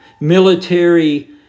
military